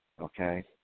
Okay